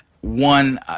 one